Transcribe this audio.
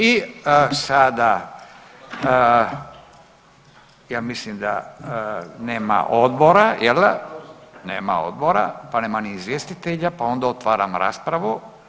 I sada ja mislim da nema odbora jel da, nema odbora, pa nema ni izvjestitelja, pa onda otvaram raspravu.